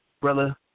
brother